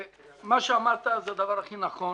מה שאמרת זה הדבר הכי נכון.